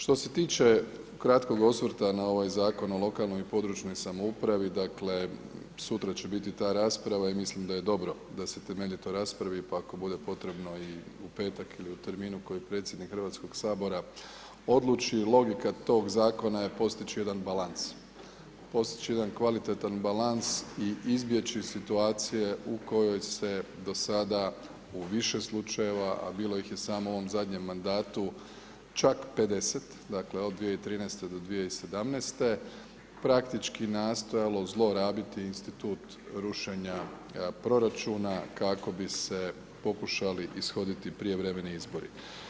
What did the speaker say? Što se tiče kratkog osvrta na ovaj Zakon o lokalnoj i područnoj samoupravi, dakle sutra će biti ta rasprava i mislim da je dobro da se temeljito raspravi pa ako bude potrebno i u petak ili terminu koji predsjednik Hrvatskog sabora odluči, logika tog zakona je postići jedan balans, postići jedan kvalitetan balans i izbjeći situacije u kojoj se do sad u više slučajeva, a bilo ih je samo u ovom zadnjem mandatu čak 50, dakle od 2013. do 2017., praktički nastojalo zlorabiti institut rušenja proračuna kako bi se pokušali ishoditi prijevremeni izbori.